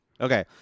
Okay